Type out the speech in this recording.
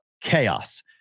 chaos